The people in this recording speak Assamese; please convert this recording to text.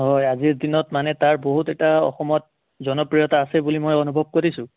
হয় আজিৰ দিনত মানে তাৰ বহুত এটা অসমত জনপ্ৰিয়তা আছে বুলি মই অনুভৱ কৰিছোঁ